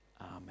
Amen